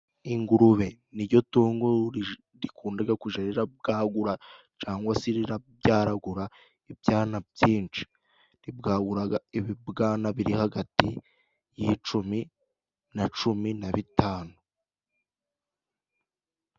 Ingurube niryo tungo rikundaga kuja rirabwagura cangwa si rirabyaragura ibyana byinshi, ribwaguraga ibibwana biri hagati y'icumi na cumi na bitanu.